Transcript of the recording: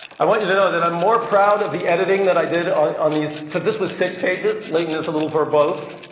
i want you to know that i'm more proud of the editing that i did on on these because this was six pages. leighton is a little verbose.